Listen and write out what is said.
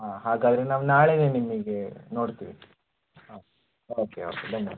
ಹಾಂ ಹಾಗಾದರೆ ನಾವು ನಾಳೇನೆ ನಿಮಗೆ ನೋಡ್ತೀವಿ ಹಾಂ ಓಕೆ ಓಕೆ ಧನ್ಯವಾದ